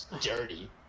dirty